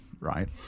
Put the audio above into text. right